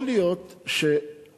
יכול להיות שהמשטרה,